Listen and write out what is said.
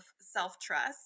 self-trust